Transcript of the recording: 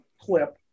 clip